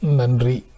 Nandri